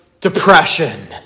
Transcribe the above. depression